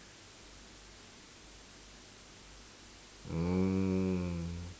mm